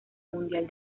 mundial